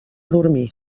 dormir